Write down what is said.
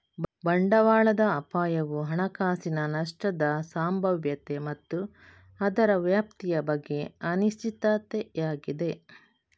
ಬಂಡವಾಳದ ಅಪಾಯವು ಹಣಕಾಸಿನ ನಷ್ಟದ ಸಂಭಾವ್ಯತೆ ಮತ್ತು ಅದರ ವ್ಯಾಪ್ತಿಯ ಬಗ್ಗೆ ಅನಿಶ್ಚಿತತೆಯಾಗಿದೆ